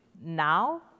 now